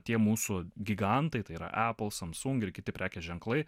tie mūsų gigantai tai yra apple samsung ir kiti prekės ženklai